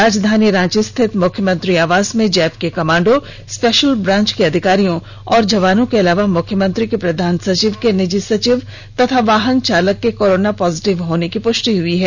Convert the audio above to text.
राजधानी रांची स्थित मुख्यमंत्री आवास में जैप के कमांडो स्पेशल ब्रांच के अधिकारियों और जवानों के अलावा मुख्यमंत्री के प्रधान सचिव के निजी सचिव तथा वाहन चालक के कोरोना पॉजिटिव होने की पुष्टि हुई है